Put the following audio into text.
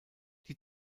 die